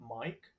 Mike